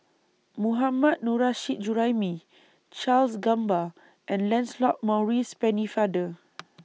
Mohammad Nurrasyid Juraimi Charles Gamba and Lancelot Maurice Pennefather